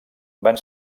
van